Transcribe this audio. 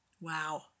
Wow